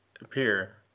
appear